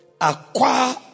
acquire